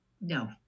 No